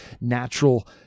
natural